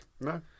No